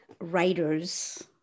writers